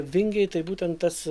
vingiai tai būtent tas